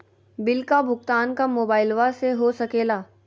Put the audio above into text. Bill का भुगतान का मोबाइलवा से हो सके ला?